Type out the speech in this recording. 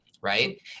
right